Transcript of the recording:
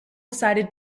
decide